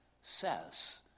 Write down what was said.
says